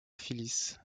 phyllis